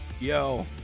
Yo